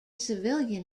civilian